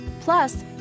Plus